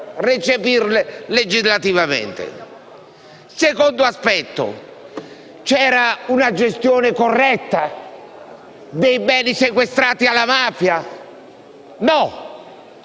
recepire legislativamente. Secondo aspetto. C'era una gestione corretta dei beni sequestrati alla mafia? No,